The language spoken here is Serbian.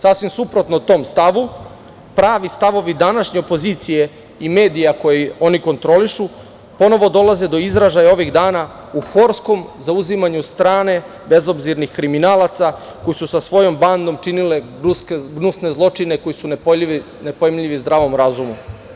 Sasvim suprotno tom stavu pravi stavovi današnje opozicije i medija koje oni kontrolišu ponovo dolaze do izražaja ovih dana u horskom zauzimanju strane bezobzirnih kriminalaca koji su sa svojom bandom činile gnusne zločine koji su nepojmljivi zdravom razumu.